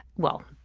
well,